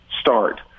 start